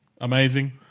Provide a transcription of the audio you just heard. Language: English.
amazing